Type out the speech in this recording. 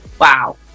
wow